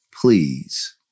Please